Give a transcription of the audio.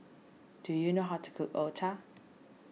do you know how to cook Otah